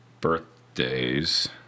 Birthdays